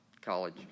college